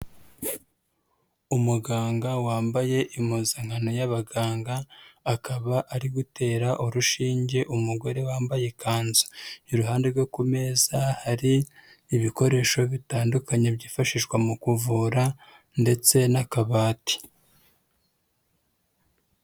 Umuganga wambaye impuzankano y'abaganga, akaba ari gutera urushinge umugore wambaye ikanzu, iruhande rwe ku meza hari ibikoresho bitandukanye byifashishwa mu kuvura ndetse n'akabati.